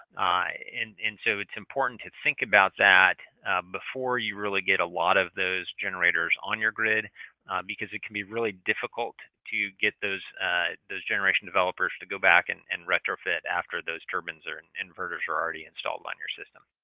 and and so, it's important to think about that before you really get a lot of those generators on your grid because it can be really difficult to get those those generation developers to go back and and retrofit after those turbines or inverters are already installed on your system.